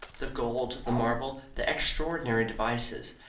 the gold, the marble, the extraordinary devices,